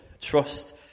trust